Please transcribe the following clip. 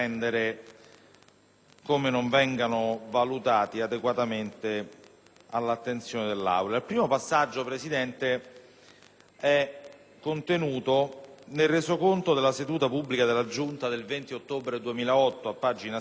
come non vengano portati adeguatamente all'attenzione dell'Assemblea. Il primo passaggio, Presidente, è contenuto nel resoconto della seduta pubblica della Giunta del 20 ottobre 2008, a pagina 16,